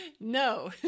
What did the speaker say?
No